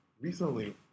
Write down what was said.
recently